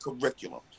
curriculum